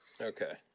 Okay